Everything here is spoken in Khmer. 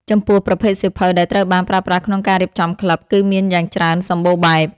ចំពោះ ប្រភេទសៀវភៅដែលត្រូវបានប្រើប្រាស់ក្នុងការរៀបចំក្លឹប គឺមានយ៉ាងច្រើនសម្បូរបែប។